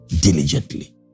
diligently